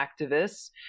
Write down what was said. activists